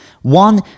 One